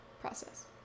process